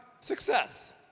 Success